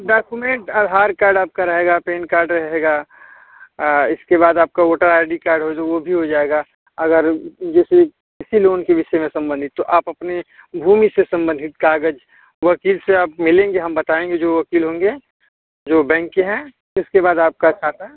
document Aadhaar card आपका रहेगा PAN card रहेगा इसके बाद आपका वोटर आई डी कार्ड वो जो वो भी हो जाएगा अगर जैसे इसी लोन के विषय में संबंधित तो आप अपने भूमि से संबंधित कागज वकील से आप मिलेंगे हम बताएँगे जो वकील होंगे जो बैंक के हैं इसके बाद आपका खाता